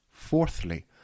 Fourthly